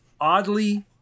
oddly